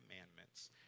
Commandments